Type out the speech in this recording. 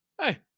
Hey